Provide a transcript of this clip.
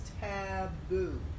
taboo